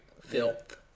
filth